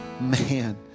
man